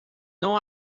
não